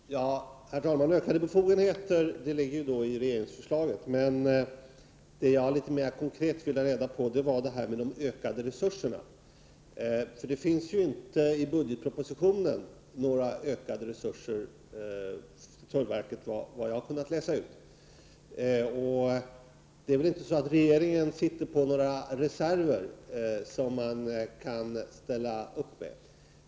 Herr talman! Att tullen skall få utökade befogenheter ligger i regeringsförslaget. Det jag ville ha reda på litet mer konkret var detta med de utökade resurserna. Det finns ju inte i budgetpropositionen någon utökning av resurserna till tullverket, enligt vad jag har kunnat läsa ut. Regeringen sitter väl inte på några reserver som man kan ställa upp med.